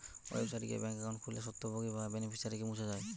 website গিয়ে bank account খুললে স্বত্বভোগী বা বেনিফিশিয়ারিকে মুছ যায়